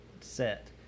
set